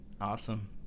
Awesome